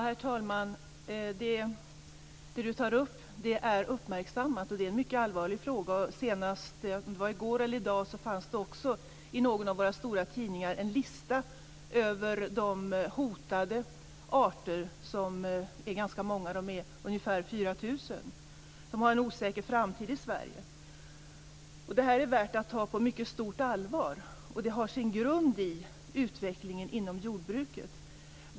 Herr talman! Den fråga som Karin Svensson Smith tar upp är uppmärksammad. Det är en mycket allvarlig fråga. Senast i dag fanns det i någon av våra stora tidningar en lista över hotade arter. De är ganska många, nämligen ungefär 4 000. De har en osäker framtid i Sverige. Detta är värt att ta på mycket stort allvar. Det har sin grund i utvecklingen inom jordbruket.